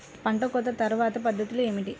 పంట కోత తర్వాత పద్ధతులు ఏమిటి?